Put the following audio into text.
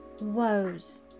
woes